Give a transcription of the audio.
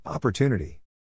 Opportunity